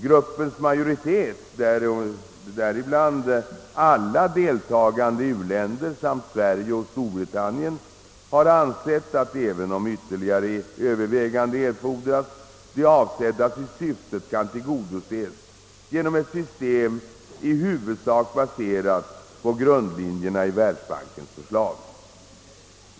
Gruppens majoritet, däribland alla deltagande u-länder samt Sverige och Storbritannien, har ansett att, även om ytterligare överväganden erfordras, det avsedda syftet kan tillgodoses genom ett system i huvudsak baserat på grundlinjerna i Världsbankens förslag.